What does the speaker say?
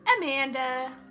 Amanda